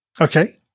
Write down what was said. Okay